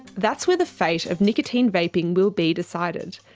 that's where the fate of nicotine vaping will be decided.